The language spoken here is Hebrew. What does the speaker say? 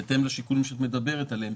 בהתאם לשיקולים שאת מדברת עליהם,